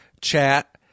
chat